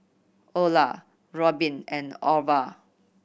Olar Robin and Orval